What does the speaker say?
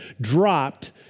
dropped